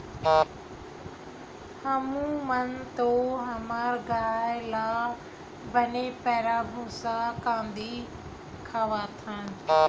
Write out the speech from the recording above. हमू मन तो हमर गाय ल बने पैरा, भूसा, कांदी खवाथन